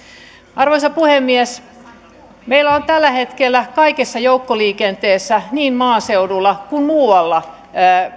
arvoisa puhemies meillä on tällä hetkellä kaikessa joukkoliikenteessä niin maaseudulla kuin muualla